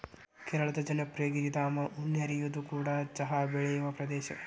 ಕೇರಳದ ಜನಪ್ರಿಯ ಗಿರಿಧಾಮ ಮುನ್ನಾರ್ಇದು ಕೂಡ ಚಹಾ ಬೆಳೆಯುವ ಪ್ರದೇಶ